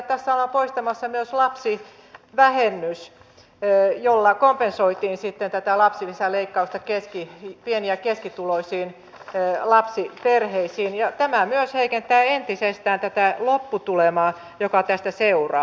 tässä ollaan poistamassa myös lapsivähennys jolla kompensoitiin tätä lapsilisäleikkausta pieni ja keskituloisiin lapsiperheisiin ja tämä myös heikentää entisestään tätä lopputulemaa joka tästä seuraa